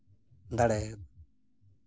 ᱫᱟᱲᱮ